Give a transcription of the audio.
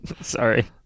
Sorry